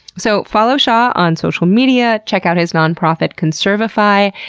so follow shah on social media, check out his nonprofit conservify,